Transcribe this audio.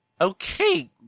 Okay